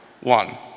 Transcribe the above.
One